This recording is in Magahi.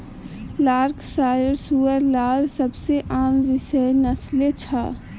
यॉर्कशायर सूअर लार सबसे आम विषय नस्लें छ